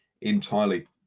entirely